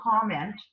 comment